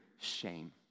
shame